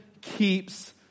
keeps